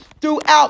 throughout